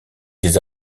des